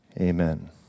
amen